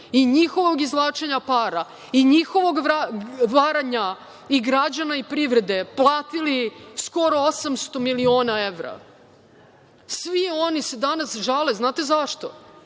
i njihovog izvlačenja para i njihovog varanja građana i privrede platili skoro 800 miliona evra, svi oni se danas žale. Znate zašto?